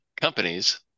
companies